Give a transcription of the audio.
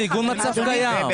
זה עיגון מצב קיים.